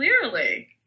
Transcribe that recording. Clearly